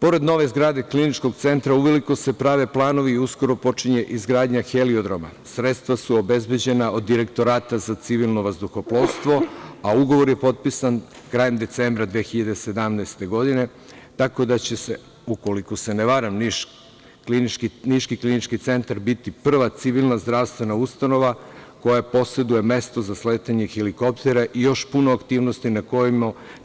Pored nove zgrade Kliničkog centra, uveliko se prave planovi i uskoro počinje izgradnja heliodroma, sredstva su obezbeđena od Direktorata civilnog vazduhoplovstva, a ugovor je potpisan krajem decembra 2017. godine, tako da će, ukoliko se ne varam, niški Klinički centar biti prva civilna zdravstvena ustanova koja poseduje mesto za sletanje helikoptera, i još puno aktivnosti na